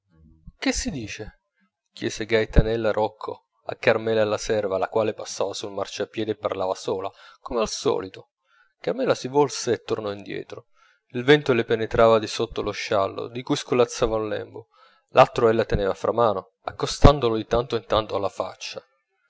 che si dice chiese gaetanella rocco a carmela la serva la quale passava sul marciapiedi e parlava sola come al solito carmela si volse e tornò indietro il vento le penetrava di sotto lo sciallo di cui svolazzava un lembo l'altro ella teneva fra mano accostandolo di tanto in tanto alla faccia